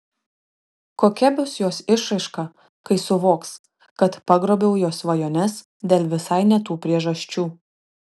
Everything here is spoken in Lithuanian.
kokia bus jos išraiška kai suvoks kad pagrobiau jos svajones dėl visai ne tų priežasčių